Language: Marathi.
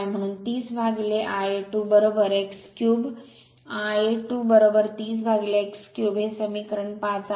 म्हणून 30 upon Ia 2 x3 Ia 2 30 x3 हे समीकरण 5 आहे